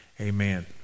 Amen